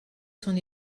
son